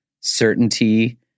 certainty